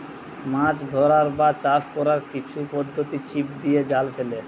মাছ ধরার বা চাষ কোরার কিছু পদ্ধোতি ছিপ দিয়ে, জাল ফেলে